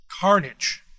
carnage